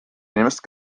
inimest